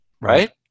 Right